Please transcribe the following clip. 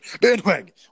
bandwagon